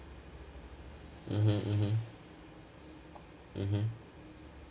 mmhmm mmhmm mmhmm